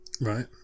Right